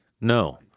No